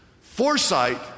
foresight